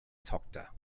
tochter